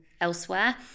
elsewhere